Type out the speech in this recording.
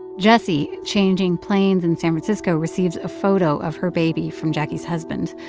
jessie, changing planes in san francisco, receives a photo of her baby from jacquie's husband.